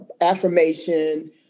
affirmation